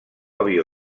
avió